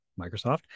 Microsoft